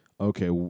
okay